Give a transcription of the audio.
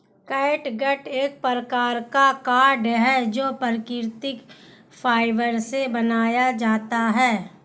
catgut एक प्रकार का कॉर्ड है जो प्राकृतिक फाइबर से बनाया जाता है